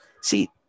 See